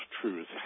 truth